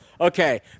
Okay